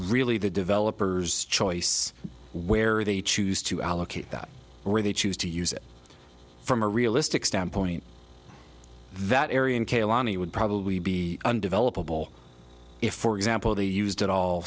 really the developers choice where they choose to allocate that where they choose to use it from a realistic standpoint that areon kilani would probably be undeveloped of all if for example they used it all